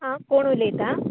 आं कोण उलयता